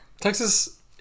Texas